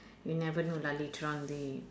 you never know lah later on they